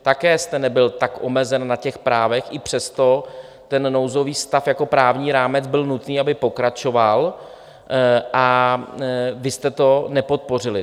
Také jste nebyl tak omezen na těch právech, i přesto ten nouzový stav jako právní rámec byl nutný, aby pokračoval, a vy jste to nepodpořili.